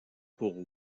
pour